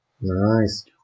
Nice